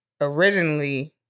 Originally